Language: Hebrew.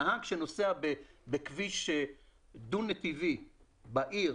נהג שנוסע בכביש דו נתיבי בעיר